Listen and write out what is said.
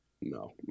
No